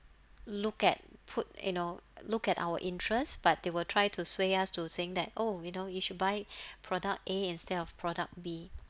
look at put you know look at our interest but they will try to sway us to saying that oh you know you should buy product A instead of product B